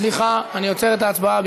סליחה, אני עוצר את ההצבעה.